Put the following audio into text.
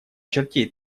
чертей